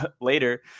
later